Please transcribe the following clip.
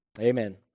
amen